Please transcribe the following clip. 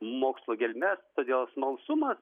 mokslo gelmes todėl smalsumas